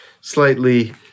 slightly